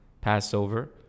Passover